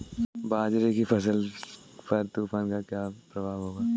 बाजरे की फसल पर तूफान का क्या प्रभाव होगा?